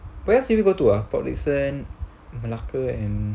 where else we were got to ah port dickson malacca and